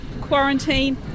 quarantine